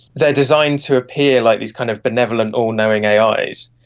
they are designed to appear like these kind of benevolent, all-knowing ais,